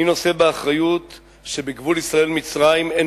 מי נושא באחריות שבגבול ישראל-מצרים אין